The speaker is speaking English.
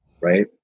right